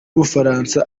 bufaransa